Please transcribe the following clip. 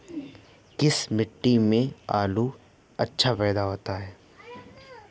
किस मिट्टी में आलू अच्छा पैदा होता है?